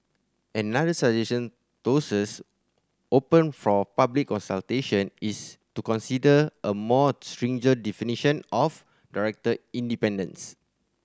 another suggestion tosses open for public consultation is to consider a more stringent definition of director independence